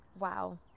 Wow